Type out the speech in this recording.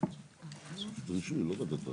אם ועדה חדלה,